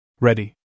Ready